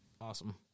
awesome